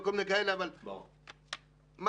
הוא